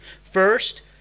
First